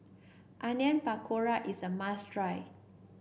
Onion Pakora is a must try